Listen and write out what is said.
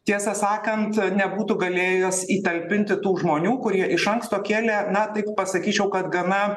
tiesą sakant nebūtų galėjęs įtalpinti tų žmonių kurie iš anksto kėlė na taip pasakyčiau kad gana